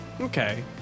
Okay